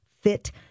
fit